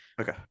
okay